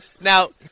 Now